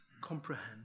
comprehend